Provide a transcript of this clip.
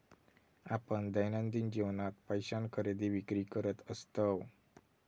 आपण दैनंदिन जीवनात पैशान खरेदी विक्री करत असतव